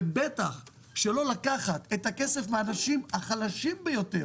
ובטח שלא לקחת את הכסף מהאנשים החלשים ביותר